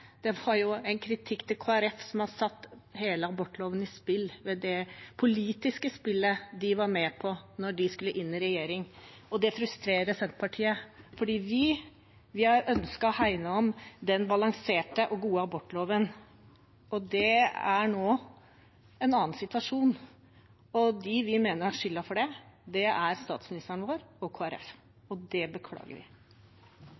var rett og slett en kritikk av Kristelig Folkeparti, som har satt hele abortloven på spill ved det politiske spillet de var med på da de skulle inn i regjering. Det frustrerer Senterpartiet fordi vi har ønsket å hegne om den balanserte og gode abortloven. Det er nå en annen situasjon, og dem vi mener har skylden for det, er statsministeren vår og